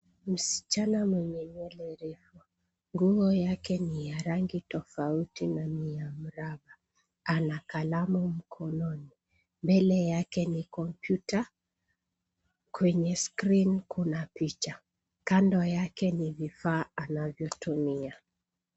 Msichana mwenye nywele refu. Nguo yake ni ya rangi tofauti na ni ya miraba ana kalamu mkononi. Mbele yake ni kompyuta, kwenye screen kuna picha. Kando yake ni vifaa anavyotumia.